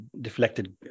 deflected